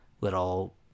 little